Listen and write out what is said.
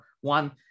One